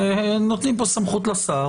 נותנים פה סמכות לשר,